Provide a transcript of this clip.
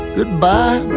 Goodbye